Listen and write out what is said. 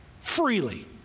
freely